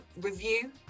review